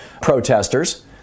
protesters